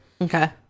Okay